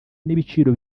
n’ibiciro